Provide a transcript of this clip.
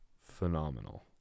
phenomenal